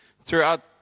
Throughout